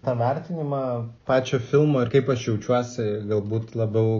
tą vertinimą pačio filmo ir kaip aš jaučiuosi galbūt labiau